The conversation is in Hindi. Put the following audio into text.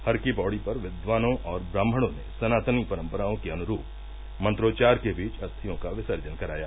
हर की पौड़ी पर विद्वानों और ब्राह्मणों ने सनातनी परम्पराओं के अनुरूप मंत्रोच्चार के बीच अस्थियों का विसर्जन कराया